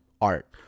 art